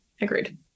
agreed